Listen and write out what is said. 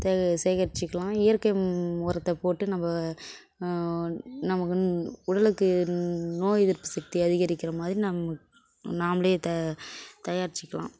தேக சேகரித்துக்கலாம் இயற்கை உரத்த போட்டு நம்ம நமக்கு உன் உடலுக்கு நோய் எதிர்ப்பு சக்தி அதிகரிக்கிற மாதிரி நம்ம நாம்ளே தயா தயாரித்துக்கலாம்